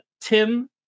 Tim